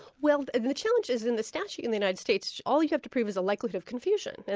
well the challenge is, in the statute in the united states all you have to prove is a likelihood of confusion, and